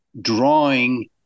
drawing